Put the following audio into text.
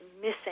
missing